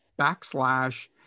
backslash